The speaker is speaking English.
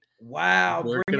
Wow